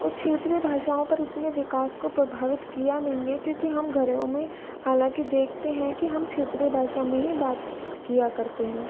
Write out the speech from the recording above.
और क्षेत्रीय भाषाओं पर इतना विकास को प्रभावित किया नहीं है क्यूँकि हम घरों में हालाँकि देखते हैं कि हम क्षेत्रीय भाषा में ही बात क किया करते हैं